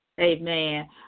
Amen